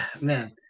man